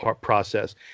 process